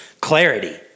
clarity